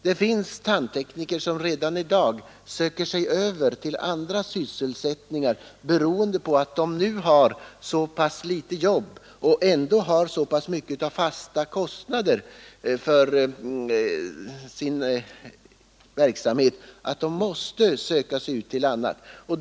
Det finns tandtekniker som redan i dag söker sig över till andra sysselsättningar, beroende på att de nu har så pass litet jobb och ändå har så pass mycket av fasta kostnader för sin verksamhet att de helt enkelt måste söka sig till något annat område.